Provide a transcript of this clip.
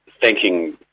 thanking